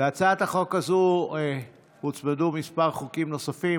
להצעת החוק הזו הוצמדו כמה הצעות חוק נוספות.